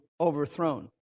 overthrown